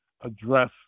address